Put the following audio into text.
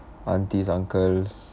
aunties uncles